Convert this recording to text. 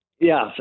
yes